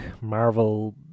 marvel